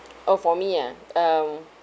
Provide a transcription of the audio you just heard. oh for me ah um